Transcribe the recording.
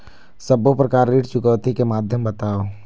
सब्बो प्रकार ऋण चुकौती के माध्यम बताव?